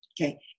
Okay